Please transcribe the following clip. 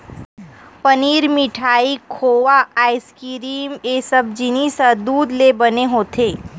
पनीर, मिठाई, खोवा, आइसकिरिम ए सब जिनिस ह दूद ले बने होथे